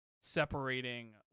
separating